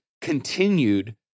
continued